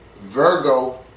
Virgo